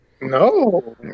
no